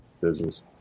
business